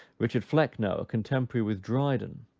richard flecknoe, a contemporary with dryden,